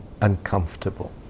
uncomfortable